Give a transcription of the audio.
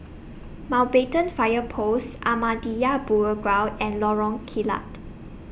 Mountbatten Fire Post Ahmadiyya Burial Ground and Lorong Kilat